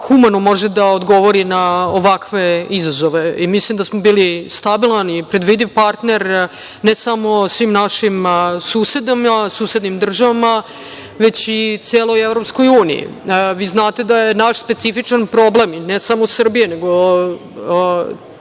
humano može da odgovori na ovakve izazove. Mislim da smo bili stabilan i predvidiv partner, ne samo svim našim susednim državama, već i celoj EU.Vi znate da je naš specifičan problem i ne samo Srbije, nego